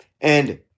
And-